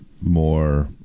more